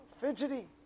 fidgety